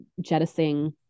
jettisoning